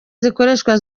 zikoreshwa